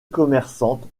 commerçante